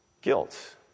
guilt